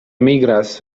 migras